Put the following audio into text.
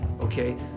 Okay